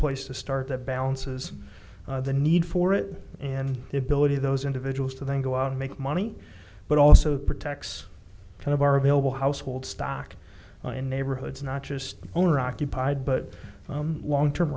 place to start that balances the need for it and the ability of those individuals to then go out and make money but also protects kind of our available household stock in neighborhoods not just owner occupied but long term